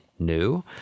new